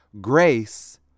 Grace